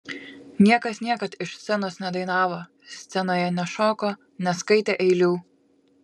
niekas niekad iš scenos nedainavo scenoje nešoko neskaitė eilių